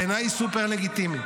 אובייקטיבי?